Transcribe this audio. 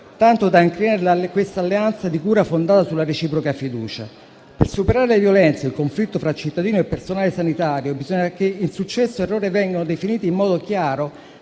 tanto da incrinare quest'alleanza di cura fondata sulla reciproca fiducia. Per superare le violenze e il conflitto fra cittadino e personale sanitario bisogna che insuccesso ed errore vengano definiti in modo chiaro,